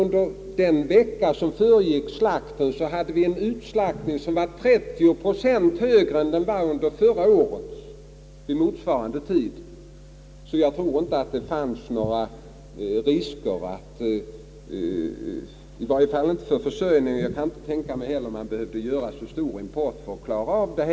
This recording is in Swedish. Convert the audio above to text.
Under den vecka som föregick strejken hade vi en nedslaktning som låg 30 procent högre än under motsvarande tid förra året, så jag tror inte det fanns några större risker för att vår köttförsörjning råkade i fara, och jag kan inte heller tänka mig att man behövde tillgripa så värst stor import för att täcka behovet.